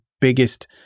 biggest